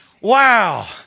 Wow